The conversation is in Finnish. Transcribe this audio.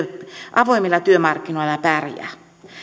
avoimilla työmarkkinoilla pärjää